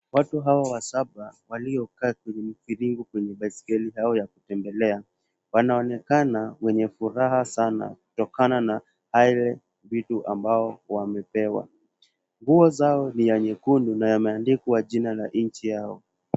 Watu hawa wasaba waliokaa kwenye mviringo kwenye baiskeli yao ya kutembelea. Wanaonekana wenye furaha sana, kutokana na vitu ambao wamepewa. Nguo zao ni ya nyekundu, na yameandikwa jina la nchi yao.